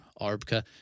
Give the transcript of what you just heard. Arbka